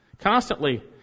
constantly